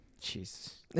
Jesus